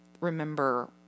remember